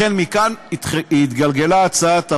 מכאן התגלגלה הצעת החוק,